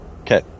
Okay